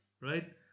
right